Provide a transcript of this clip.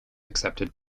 accepted